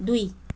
दुई